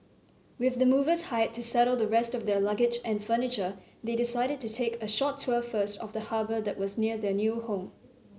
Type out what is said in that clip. with the movers hired to settle the rest of their luggage and furniture they decided to take a short tour first of the harbour that was near their new home